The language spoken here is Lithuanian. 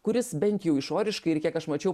kuris bent jau išoriškai ir kiek aš mačiau